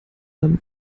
allem